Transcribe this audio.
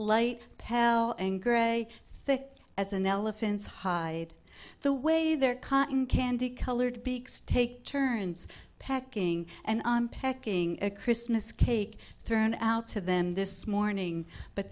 light pale anger a thick as an elephant's hide the way their cotton candy colored beaks take turns packing and unpacking a christmas cake thrown out to them this morning but